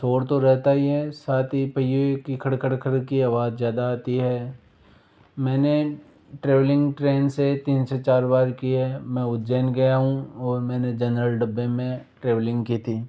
शोर तो रहता ही है साथ ही पहिये की खड़ खड़ खड़ की अवाज ज़्यादा आती है मैंने ट्रैवलिंग ट्रेन से तीन से चार बार की है मैं उज्जैन गया हूँ और मैं ने जनरल डब्बे में ट्रैवलिंग की थी